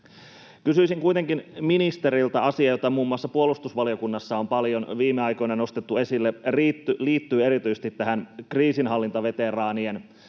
Kysyisin kuitenkin ministeriltä asiaa, jota muun muassa puolustusvaliokunnassa on paljon viime aikoina nostettu esille liittyen erityisesti tähän kriisinhallintaveteraanien